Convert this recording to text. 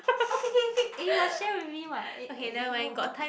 oh k k k eh you must share with me what eh eh